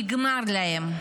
נגמר להם,